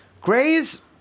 Grays